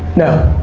no.